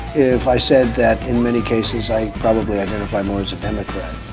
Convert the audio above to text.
if i said that in many cases, i probably identify more democrat.